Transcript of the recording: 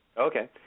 Okay